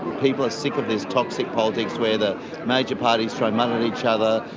people are sick of this toxic politics where the major parties throw mud at each other,